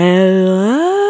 Hello